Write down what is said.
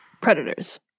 Predators